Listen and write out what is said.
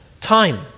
time